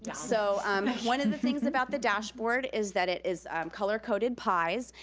yeah so um one of the things about the dashboard is that it is color-coded pies.